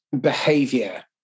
behavior